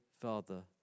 Father